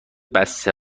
بسته